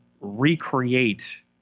recreate